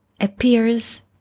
appears